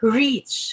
reach